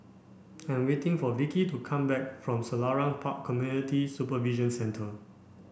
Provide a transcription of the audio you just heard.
I'm waiting for Vicki to come back from Selarang Park Community Supervision Centre